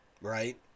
Right